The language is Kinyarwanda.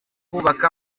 kubaka